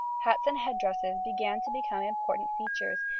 hats and head-dresses began to become important features,